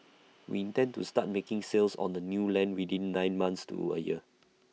we intend to start making sales on the new land within nine months to A year